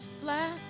flat